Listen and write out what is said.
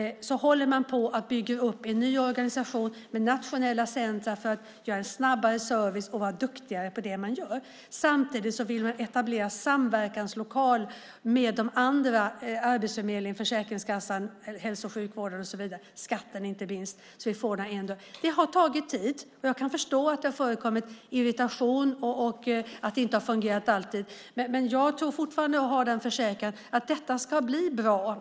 Man håller på att bygga upp en ny organisation med nationella centrum för att kunna ge snabbare service och vara duktigare på det man gör. Samtidigt vill man etablera en samverkanslokal med andra. Där ska ingå Arbetsförmedlingen, Försäkringskassan, hälso och sjukvården samt skatten inte minst. Det har tagit tid och jag kan förstå att det förekommit irritation och att det inte alltid har fungerat, men jag tror fortfarande, och har den försäkran, att detta ska bli bra.